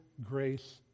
grace